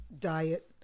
diet